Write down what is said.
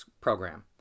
program